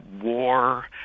war